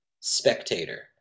spectator